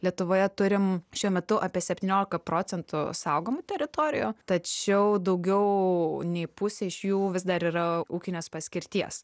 lietuvoje turim šiuo metu apie septyniolika procentų saugomų teritorijų tačiau daugiau nei pusė iš jų vis dar yra ūkinės paskirties